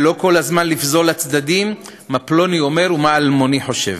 ולא כל הזמן לפזול לצדדים מה פלוני אומר ומה אלמוני חושב.